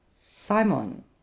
simon